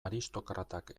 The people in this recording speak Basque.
aristokratak